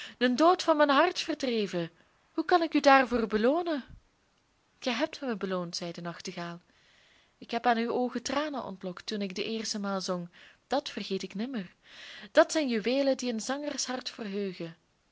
den dood van mijn hart verdreven hoe kan ik u daarvoor beloonen ge hebt mij beloond zei de nachtegaal ik heb aan uw oogen tranen ontlokt toen ik de eerste maal zong dat vergeet ik nimmer dat zijn juweelen die een zangershart verheugen